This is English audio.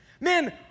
Man